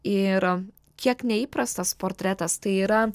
ir kiek neįprastas portretas tai yra